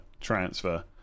transfer